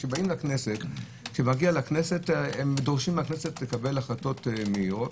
בכנסת הם דורשים מהכנסת לקבל החלטות מהירות,